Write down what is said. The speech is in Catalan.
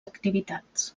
activitats